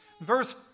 Verse